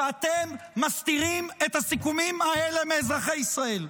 ואתם מסתירים את הסיכומים האלה מאזרחי ישראל?